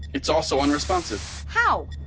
it's also unresponsive how?